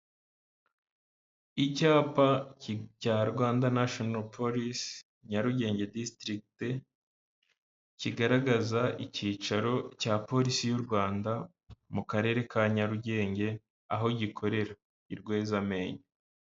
Icyapa cya Rwanda nashono polisi, Nyarugenge District, kigaragaza icyicaro cya polisi y'u Rwanda mu Karere ka Nyarugenge aho gikorera i Rwezamenyo.